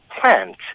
plant